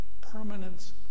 permanence